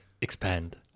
expand